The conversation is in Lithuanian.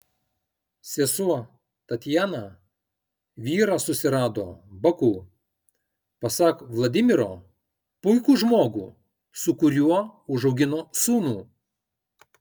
sesuo tatjana vyrą susirado baku pasak vladimiro puikų žmogų su kuriuo užaugino sūnų